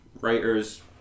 Writers